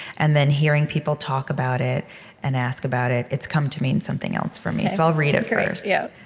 and then, hearing people talk about it and ask about it, it's come to mean something else for me. i'll read it first so yeah